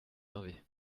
d’observer